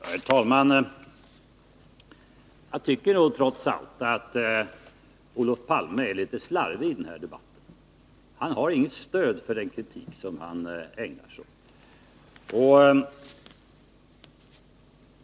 Herr talman! Jag tycker trots allt att Olof Palme är litet slarvig i den här debatten. Han har inget stöd för den kritik som han ägnar sig åt.